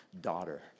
daughter